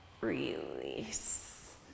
release